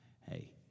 hey